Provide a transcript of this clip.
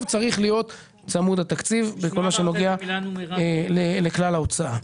צריך להיות צמוד התקציב בכל מה שנוגע לכלל ההוצאה.